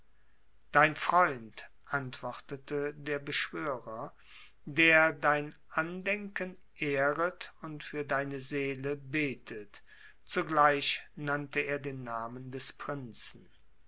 dein freund antwortete der beschwörer der dein andenken ehret und für deine seele betet zugleich nannte er den namen des prinzen